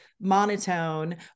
monotone